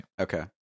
Okay